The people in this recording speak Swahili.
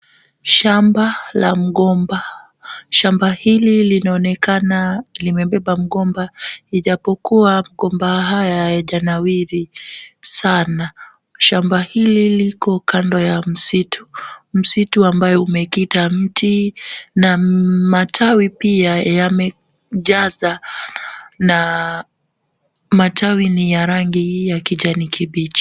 Shamba la mgomba, shamba hili linaonekana limebeba mgomba ,ijapokua mgomba haya hayajanawiri sana ,shamba hili liko kando ya misitu misitu ambao umekita mti , na matawi pia yamejaa sana, matawi ni ya kijani kibichi .